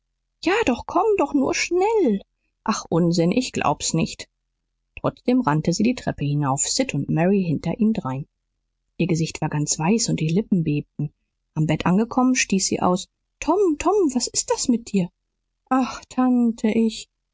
ja doch komm doch nur schnell ach unsinn ich glaub's nicht trotzdem rannte sie die treppe hinauf sid und mary hinter ihr drein ihr gesicht war ganz weiß und die lippen bebten am bett angekommen stieß sie aus tom tom was ist das mit dir ach tante ich